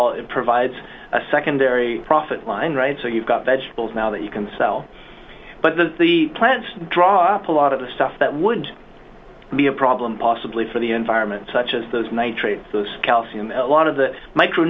all it provides a secondary profit line right so you've got vegetables now that you can sell but the the plants drop a lot of the stuff that would be a problem possibly for the environment such as those nitrates those calcium a lot of the